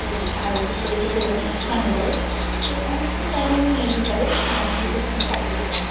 তো আর দুপুরের দিকে যখন আমি স্নানে যাই তো অনেকক্ষণ টাইম আমি নদীর পাড়ে বান্ধবীদের সাথে কাটাতে পারি